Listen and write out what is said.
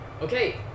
Okay